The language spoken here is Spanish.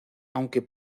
aunque